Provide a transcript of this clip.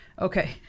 Okay